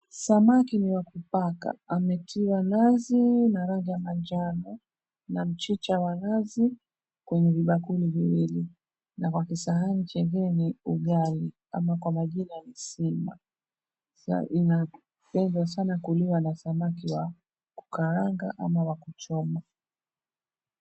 Samaki ni wa kupaka ametiwa nazi na rangi ya manjano na mchicha wa nazi kwenye vibakuli viwili na kisahani kingine ni ugali au kwa majina ni sima inapendwa kuliwa na samaki wa kukaanga au wakuchoma.